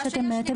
מה שאתם תקבלו.